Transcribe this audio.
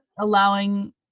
allowing